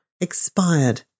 expired